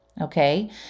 Okay